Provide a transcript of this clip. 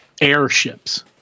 airships